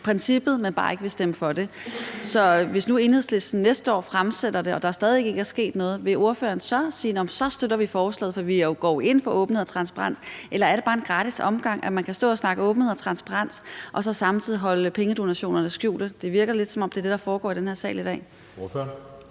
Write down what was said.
men at man bare ikke vil stemme for det. Så hvis nu Enhedslisten næste år fremsætter det, og der stadig væk ikke er sket noget, vil ordføreren så sige, at man så støtter forslaget, fordi man jo går ind for åbenhed og transparens? Eller er det bare en gratis omgang, altså at man kan stå og snakke åbenhed og transparens og så samtidig holde pengedonationerne skjulte? Det virker lidt, som om det er det, der foregår i den her sal i dag.